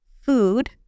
food